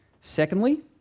Secondly